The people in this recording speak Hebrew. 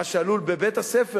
מה שעלול בבית-הספר,